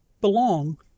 belong